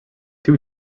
two